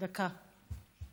דקה.